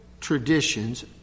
traditions